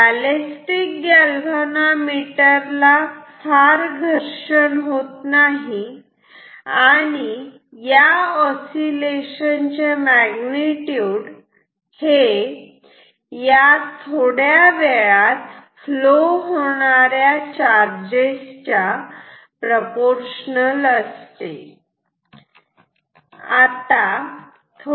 ballistic galvanometer ला फार घर्षण होत नाही आणि या ओसीलेशन चे मॅगनीट्यूड हे या थोड्या वेळात फ्लो होणाऱ्या चार्जेस च्या प्रपोर्शन मध्ये असते